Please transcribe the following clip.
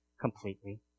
completely